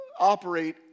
Operate